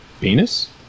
Penis